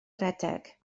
redeg